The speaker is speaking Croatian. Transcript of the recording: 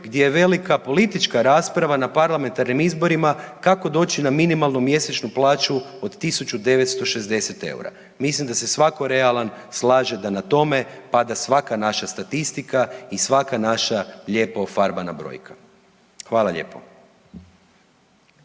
gdje velika politička rasprava na parlamentarnim izborima kako doći na minimalnu mjesečnu plaću od 1960 eura. Mislim da se svatko realan slaže da na tome pada svaka naša statistika i svaka naša lijepo ofarbana brojka. Hvala lijepo.